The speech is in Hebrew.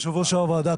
כבוד יושב ראש הוועדה,